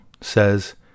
says